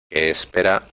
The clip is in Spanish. espera